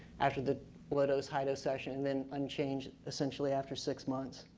after the low dose high dose session, then unchanged essentially after six months.